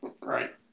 Right